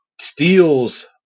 steals